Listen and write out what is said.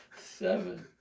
seven